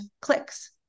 clicks